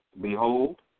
behold